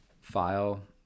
file